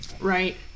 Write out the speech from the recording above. Right